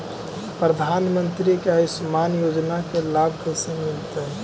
प्रधानमंत्री के आयुषमान योजना के लाभ कैसे मिलतै?